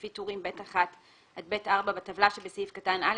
לפי טורים ב1 עד ב4 בטבלה שבסעיף קטן (א),